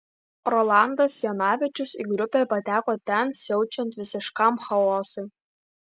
rolandas janavičius į grupę pateko ten siaučiant visiškam chaosui